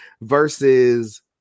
versus